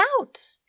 out